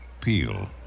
Peel